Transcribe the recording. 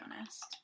honest